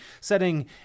Setting